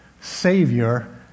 Savior